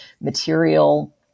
material